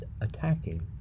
attacking